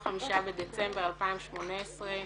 ה-25 בדצמבר 2018,